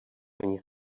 ani